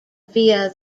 via